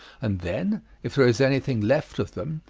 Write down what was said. and then, if there is anything left of them,